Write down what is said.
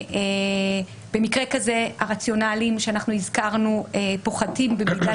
במקרה כזה הרציונלים שהזכרנו פוחתים במידה